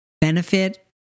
benefit